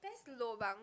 best lobang